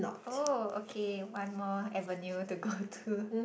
oh okay one more avenue to go go to